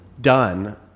done